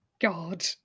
god